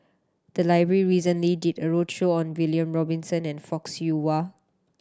the library recently did a roadshow on William Robinson and Fock Siew Wah